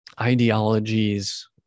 ideologies